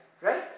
Right